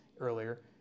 Earlier